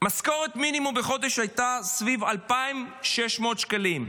משכורת מינימום בחודש הייתה סביב 2,600 שקלים.